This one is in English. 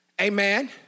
Amen